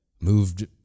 moved